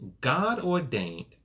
God-ordained